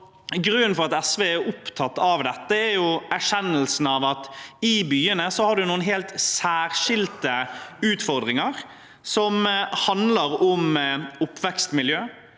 Grunnen til at SV er opptatt av dette, er erkjennelsen av at man i byene har noen helt særskilte utfordringer som handler om oppvekstmiljø